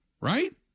right